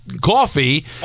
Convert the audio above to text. coffee